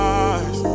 eyes